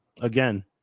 again